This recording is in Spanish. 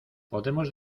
podemos